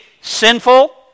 sinful